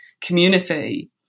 community